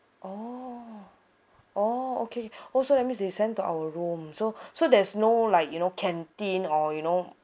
oh oh okay oh so that means they send to our room so so there's no like you know canteen or you know